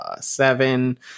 seven